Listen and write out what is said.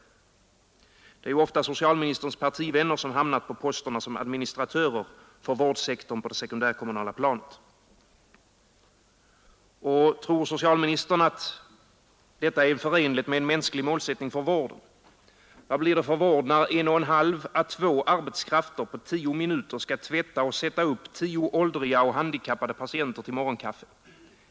Det är ju ofta socialministerns partivänner som hamnat på posterna som administratörer för vårdsektorn på det sekundärkommunala planet. Och tror socialministern att detta är förenligt med en mänsklig målsättning för vården? Vad blir det för vård när en och en halv 3 två arbetskrafter på tio minuter skall tvätta och sätta upp tio åldriga och handikappade patienter till morgonkaffet?